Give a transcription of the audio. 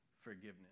forgiveness